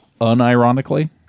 unironically